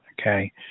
Okay